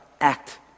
act